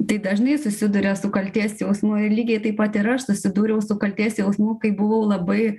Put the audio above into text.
tai dažnai susiduria su kaltės jausmu ir lygiai taip pat ir aš susidūriau su kaltės jausmu kai buvau labai